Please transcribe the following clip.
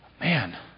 Man